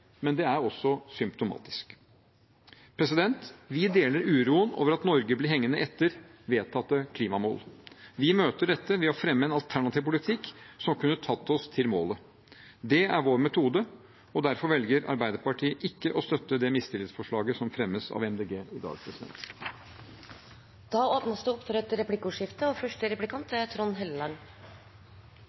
Men det er også symptomatisk. Vi deler uroen over at Norge blir hengende etter vedtatte klimamål. Vi møter dette ved å fremme en alternativ politikk som kunne tatt oss til målet. Det er vår metode. Derfor velger Arbeiderpartiet ikke å støtte det mistillitsforslaget som fremmes av Miljøpartiet De Grønne i dag. Det blir replikkordskifte. Først vil jeg si at jeg er veldig glad for det varme forsvaret av EØS-avtalen og